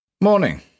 Morning